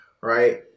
Right